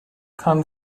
kann